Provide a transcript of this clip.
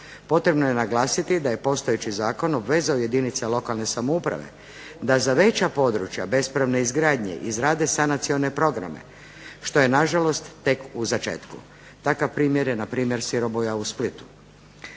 Potrebno je naglasiti da je postojeći zakon obvezao jedinice lokalne samouprave da za veća područje bespravne izgradnje izrade sanacione programe što je nažalost tek u začetku. Takav primjer je npr. Siroboja u Splitu.